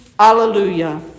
Hallelujah